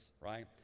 right